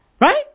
Right